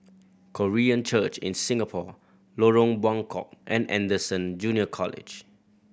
Korean Church in Singapore Lorong Buangkok and Anderson Junior College